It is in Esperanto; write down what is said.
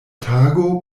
tago